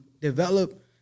develop